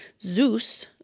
Zeus